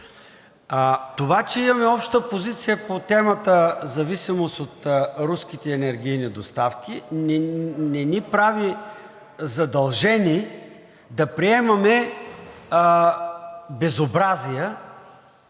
Това, че имаме обща позиция по темата – зависимост от руските енергийни доставки, не ни прави задължени да приемаме безобразия,